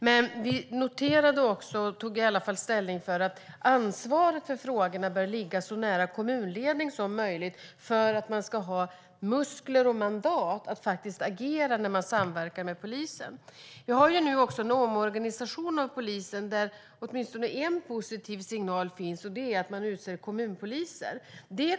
Men vi tog ställning för att ansvaret för frågorna bör ligga så nära kommunledningen som möjligt för att det ska finnas muskler och mandat att agera vid samverkan med polisen. Det sker nu en omorganisation av polisen där åtminstone en positiv signal finns, nämligen att man utser kommunpoliser.